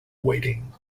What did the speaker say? weighting